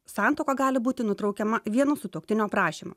santuoka gali būti nutraukiama vieno sutuoktinio prašymu